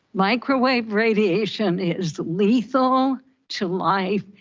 microwave radiation is lethal to life.